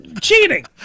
cheating